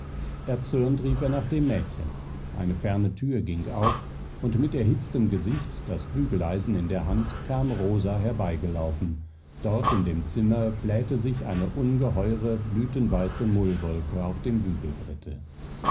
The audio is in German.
erzürnt rief er nach dem mädchen eine ferne thür ging auf und mit erhitztem gesicht das bügeleisen in der hand kam rosa herbeigelaufen dort in dem zimmer blähte sich eine ungeheure blütenweiße mullwolke auf dem bügelbrette